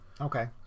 Okay